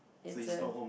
it's a